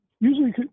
Usually